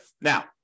Now